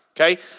okay